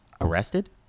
arrested